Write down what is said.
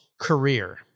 career